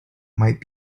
might